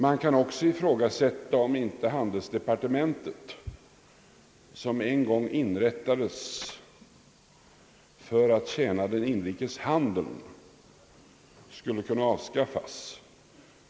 Man kan också ifrågasätta om inte handelsdepartementet, som en gång inrättades för att tjäna den inrikes handeln, skulle kunna avskaffas.